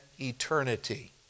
eternity